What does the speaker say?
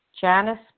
Janice